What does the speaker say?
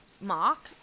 mark